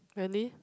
really